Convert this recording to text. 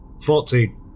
Fourteen